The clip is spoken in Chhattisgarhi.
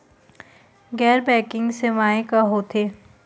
गैर बैंकिंग सेवाएं का होथे?